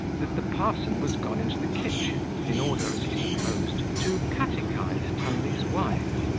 that the parson was gone into the kitchen, in order, as he supposed, to catechise tunley's wife.